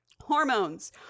Hormones